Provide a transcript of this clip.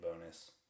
bonus